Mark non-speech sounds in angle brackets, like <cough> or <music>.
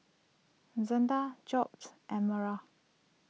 Zetta Job <unintelligible> Elmira